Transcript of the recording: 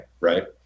Right